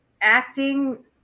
acting